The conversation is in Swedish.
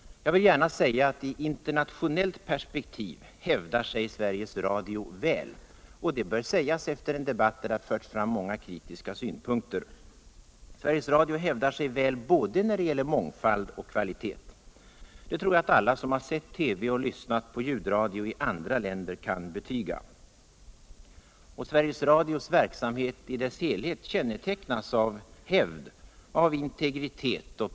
I internationellt perspekuv hävdar sig Sveriges Radio väl. Det bör sägas efter en debatt där det har förts fram många kritiska svnpunkter. Sveriges Radio hävdar sig väl både när det gäller mångfald och kvalitet. Det tror jag att alla som har sett television och Ivssnat på ljudradio i andra länder kan betyga. Sveriges Radios verksamhet i sin helhet kännetecknas av hävd av integritet.